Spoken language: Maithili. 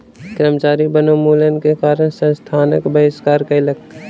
कर्मचारी वनोन्मूलन के कारण संस्थानक बहिष्कार कयलक